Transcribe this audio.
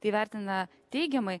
tai vertina teigiamai